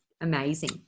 amazing